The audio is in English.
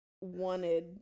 wanted